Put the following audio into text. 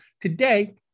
today